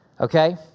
Okay